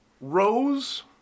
Rose